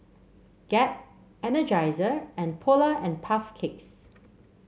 Gap Energizer and Polar and Puff Cakes